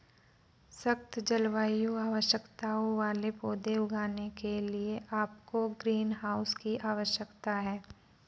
सख्त जलवायु आवश्यकताओं वाले पौधे उगाने के लिए आपको ग्रीनहाउस की आवश्यकता है